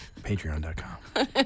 patreon.com